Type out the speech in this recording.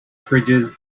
fridges